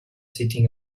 sitting